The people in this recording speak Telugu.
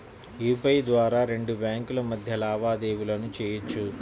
యూపీఐ ద్వారా రెండు బ్యేంకుల మధ్య లావాదేవీలను చెయ్యొచ్చు